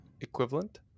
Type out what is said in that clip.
equivalent